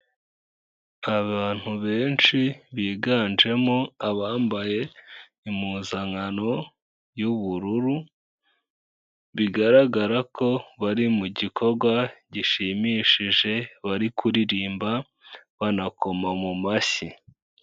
Abantu benshi biganjemo abambaye impuzankano y'ubururu, bigaragara ko bari mu gikorwa gishimishije, bari kuririmba banakoma mu mashyi.